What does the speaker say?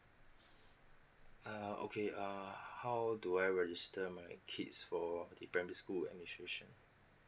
uh okay uh how do I register my kids for the primary school administration